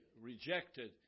rejected